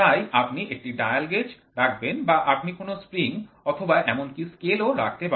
তাই আপনি একটি ডায়াল গেজ রাখবেন বা আপনি কোন স্প্রিং অথবা এমনকি স্কেল ও রাখতে পারেন